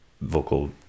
vocal